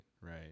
right